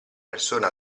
persona